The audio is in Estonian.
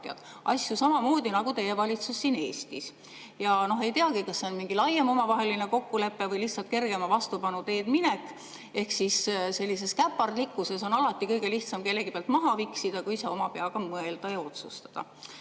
asju samamoodi nagu teie valitsus siin Eestis. Ei teagi, kas see on mingi laiem omavaheline kokkulepe või lihtsalt kergema vastupanu teed minek, sest sellise käpardlikkuse korral on alati kõige lihtsam kellegi pealt maha viksida, mitte oma peaga mõelda ja otsustada. Aga